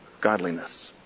Godliness